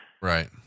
Right